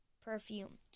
perfume